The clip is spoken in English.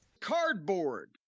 Cardboard